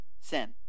sin